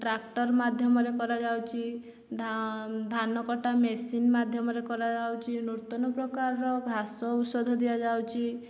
tractor ମାଧ୍ୟମରେ କରାଯାଉଛି ଧାନକଟା ମେସିନ୍ ମାଧ୍ୟମରେ କରାଯାଉଛି ନୂତନ ପ୍ରକାରର ଘାସ ଔଷଧ ଦିଆଯାଉଛି